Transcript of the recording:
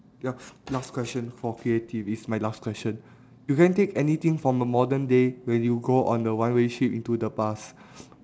ya last question for creative it's my last question if you can take anything from a modern day when you go on a one way trip into the past